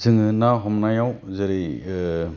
जोङो ना हमनायाव जेरै